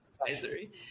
advisory